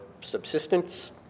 subsistence